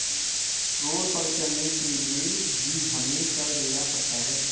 road पर चलने के लिए भी हमें कर देना पड़ता है